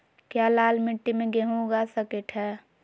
क्या लाल मिट्टी में गेंहु उगा स्केट है?